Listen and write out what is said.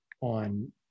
on